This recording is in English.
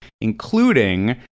including